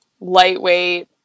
lightweight